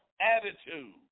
attitude